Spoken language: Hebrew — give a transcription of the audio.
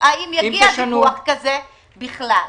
האם יגיע דיווח כזה בכלל.